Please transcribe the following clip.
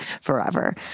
forever